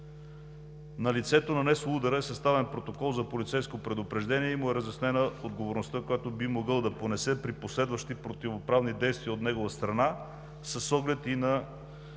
На лицето, нанесло удара, е съставен протокол за полицейско предупреждение и му е разяснена отговорността, която би могъл да понесе при последващи противоправни действия от негова страна с оглед и на